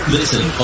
Listen